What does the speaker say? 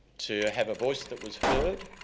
to have a voice that was heard,